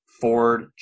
Ford